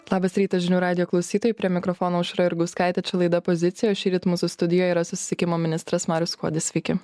labas rytas žinių radijo klausytojai prie mikrofono aušra jurgauskaitė čia laida pozicija o šįryt mūsų studijoj yra susisiekimo ministras marius skuodis sveiki